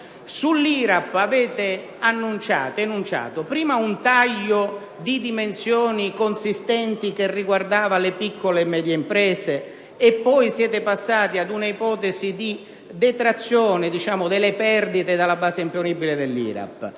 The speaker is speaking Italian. sull'IRAP avete annunciato prima un taglio di dimensioni consistenti che riguardava le piccole e medie imprese, poi siete passati ad un'ipotesi di detrazione delle perdite della base imponibile dell'IRAP,